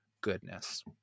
goodness